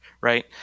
right